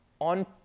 on